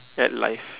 at life